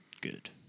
good